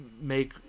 make